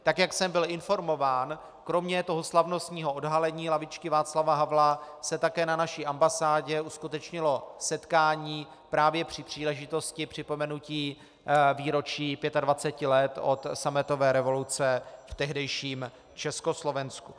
Tak jak jsem byl informován, kromě toho slavnostního odhalení lavičky Václava Havla se také na naší ambasádě uskutečnilo setkání právě při příležitosti připomenutí výročí 25 let od sametové revoluce v tehdejším Československu.